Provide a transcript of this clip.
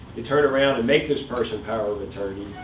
you turn around and make this person power of attorney,